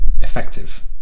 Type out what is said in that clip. effective